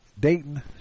Dayton